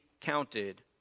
counted